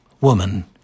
Woman